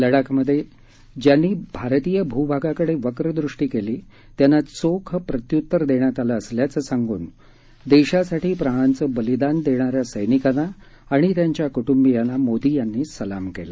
लडाखमधे ज्यांनी भारतीय भूभागाकडे वक्र दृष्टी केली त्यांना चोख प्रत्यूतर देण्यात आलं असल्याचं सांगून देशासाठी प्राणांचं बलिदान देणाऱ्या सैनिकांना आणि त्यांच्या कुटुंबियांना मोदी यांनी सलाम केला